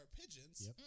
pigeons